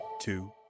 two